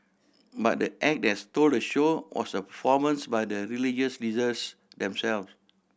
but the act that stole the show was a performance by the religious leaders themselves